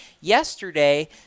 yesterday